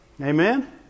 Amen